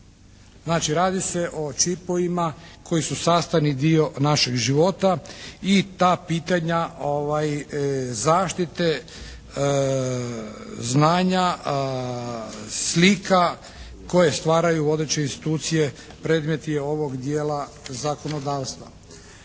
radi se o čipovima koji su sastavni dio našeg života. I ta pitanja zaštite znanja, slika koje stvaraju određene institucije, predmet je ovog dijela zakonodavstva.